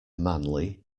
manly